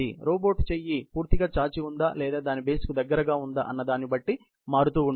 robot చేయి పూర్తిగా చాచి ఉందా లేదా దాని బేస్ కు దగ్గరగా అనేదాన్ని బట్టి మారుతూ ఉంటుంది